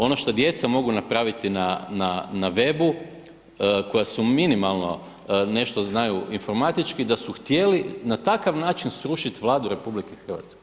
Ono što djeca mogu napraviti na web-u, koja su minimalno, nešto znaju informatički, da su htjeli na takav način srušit Vladu RH.